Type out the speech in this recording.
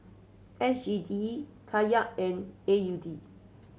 S G D Kyat and A U D